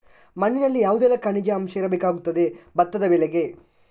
ಮಣ್ಣಿನಲ್ಲಿ ಯಾವುದೆಲ್ಲ ಖನಿಜ ಅಂಶ ಇರಬೇಕಾಗುತ್ತದೆ ಭತ್ತದ ಬೆಳೆಗೆ?